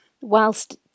whilst